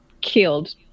killed